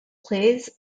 plays